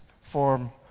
form